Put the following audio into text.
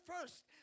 first